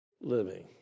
living